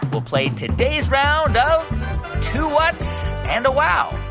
we'll play today's round of two whats? and a wow!